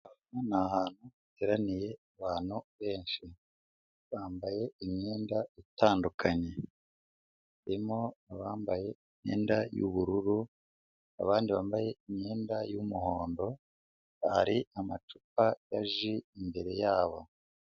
Aha ni ahantu hateraniye abantu benshi. Bambaye imyenda itandukanye harimo abambaye imyenda y'ubururu, abandi bambaye imyenda y'umuhondo, hari amacupa ya ji imbere yabo.